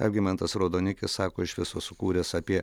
algimantas raudonikis sako iš viso sukūręs apie